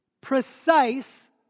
precise